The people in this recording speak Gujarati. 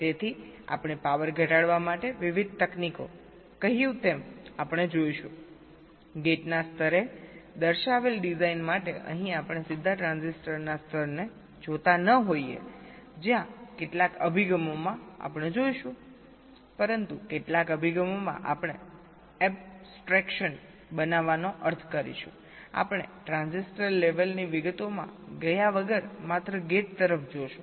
તેથી આપણે પાવર ઘટાડવા માટે વિવિધ તકનીકો કહ્યું તેમ આપણે જોઈશુંગેટના સ્તરે દર્શાવેલ ડિઝાઇન માટે અહીં આપણે સીધા ટ્રાન્ઝિસ્ટરના સ્તરને જોતા ન હોઈએ જ્યાં કેટલાક અભિગમોમાં આપણે જોઈશું પરંતુ કેટલાક અભિગમોમાં આપણે એબ્સ્ટ્રેક્શન બનાવવાનો અર્થ કરીશું આપણે ટ્રાન્ઝિસ્ટર લેવલની વિગતોમાં ગયા વગર માત્ર ગેટ તરફ જોશું